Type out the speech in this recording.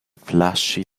flashy